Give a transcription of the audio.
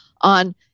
on